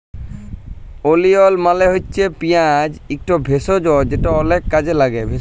ওলিয়ল মালে হছে পিয়াঁজ ইকট ভেষজ যেট অলেক কাজে ল্যাগে